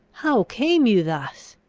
how came you thus?